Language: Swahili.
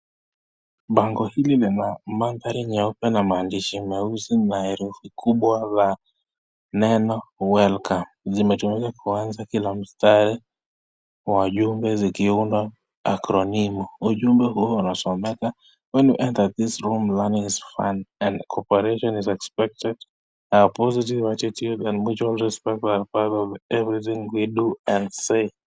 Bango hili lina maandhari nyeupe na maandishi meusi na kuna herufi za neno [ welcome]. Zimetumika kuanza kila mstari kwa ujumbe zikiunda [acronym]. Ujumbe huo unasomeka [When we enter this place, this room learning is fun and corperation is espected and positive attitude and mutual respect in everything we do and say]